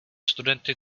studenty